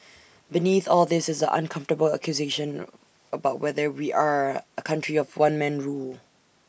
beneath all this is the uncomfortable accusation about whether we are A country of one man rule